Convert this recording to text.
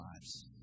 lives